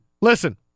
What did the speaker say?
Listen